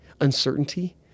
uncertainty